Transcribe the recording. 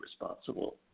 responsible